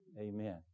Amen